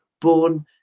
born